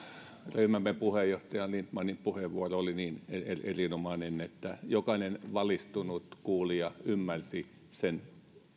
ryhmämme puheenjohtaja lindtmanin puheenvuoro oli niin erinomainen että jokainen valistunut kuulija ymmärsi sen